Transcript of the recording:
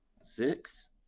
six